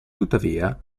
tuttavia